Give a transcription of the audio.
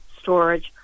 storage